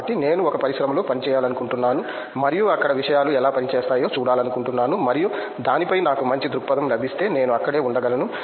కాబట్టి నేను ఒక పరిశ్రమలో పనిచేయాలనుకుంటున్నాను మరియు అక్కడ విషయాలు ఎలా పని చేస్తాయో చూడాలనుకుంటున్నాను మరియు దానిపై నాకు మంచి దృక్పథం లభిస్తే నేను అక్కడే ఉండగలను